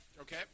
Okay